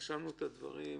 רשמנו את הדברים.